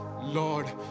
Lord